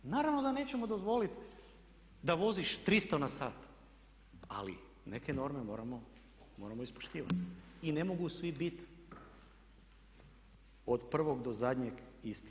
Naravno da nećemo dozvoliti da voziš 300 na sat, ali neke norme moramo ispoštivati i ne mogu svi bit od prvog do zadnjeg isti.